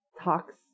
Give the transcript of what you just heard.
talks